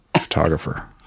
photographer